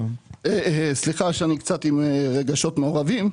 סליחה שאני קצת עם רגשות מעורבים.